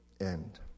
end